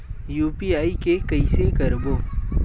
UPI के कइसे करबो?